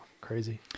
crazy